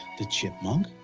the chipmunk,